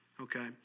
Okay